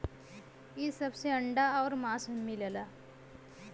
इ सब से अंडा आउर मांस मिलला